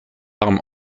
arme